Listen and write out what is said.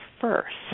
first